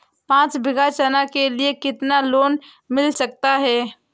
पाँच बीघा चना के लिए कितना लोन मिल सकता है?